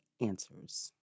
answers